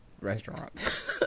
Restaurant